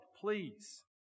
please